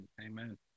Amen